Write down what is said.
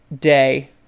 day